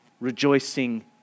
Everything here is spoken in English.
rejoicing